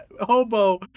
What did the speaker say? hobo